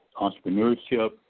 Entrepreneurship